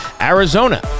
Arizona